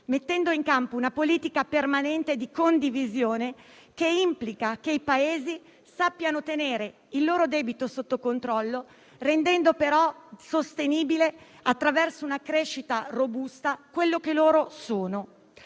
mettendo in campo una politica permanente di condivisione, che implica che i Paesi sappiano tenere il loro debito sotto controllo, rendendo però sostenibile, attraverso una crescita robusta, quello che loro sono.